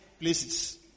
places